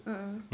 a'ah